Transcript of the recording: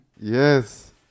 Yes